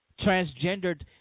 transgendered